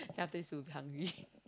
then after this you'll be hungry